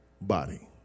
body